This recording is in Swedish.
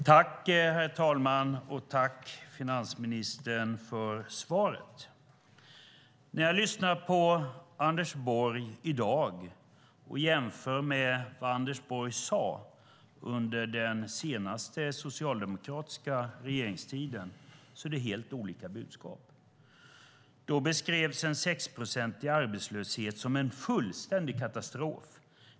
Herr talman! Tack, finansministern, för svaret! När jag lyssnar på Anders Borg i dag och jämför med vad han sade under den senaste socialdemokratiska regeringstiden är det helt olika budskap. Då beskrevs en sexprocentig arbetslöshet som en fullständig katastrof.